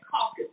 Caucus